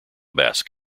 basque